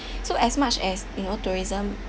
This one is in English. so as much as you know tourism